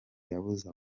yabuze